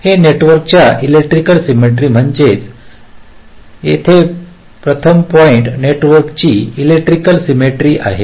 हे नेटवर्क च्या electrical symmetry म्हणजेच तर येथे प्रथम पॉईंट नेटवर्क ची इलेक्ट्रिकल सिमेट्री आहे